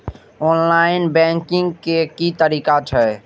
Online banking के की तरीका छै?